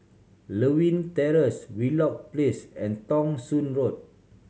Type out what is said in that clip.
Lewin Terrace Wheelock Place and Thong Soon Road